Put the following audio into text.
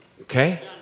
Okay